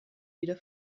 wieder